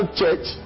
church